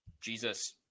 Jesus